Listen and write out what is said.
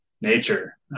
nature